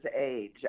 age